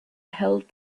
held